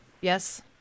Yes